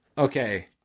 Okay